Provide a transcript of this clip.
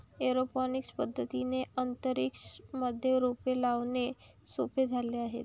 aeroponics पद्धतीने अंतरिक्ष मध्ये रोपे लावणे सोपे झाले आहे